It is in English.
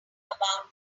about